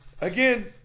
Again